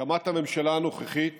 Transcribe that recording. הקמת הממשלה הנוכחית